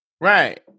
right